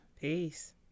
Peace